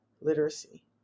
literacy